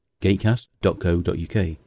gatecast.co.uk